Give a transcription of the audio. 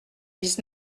dix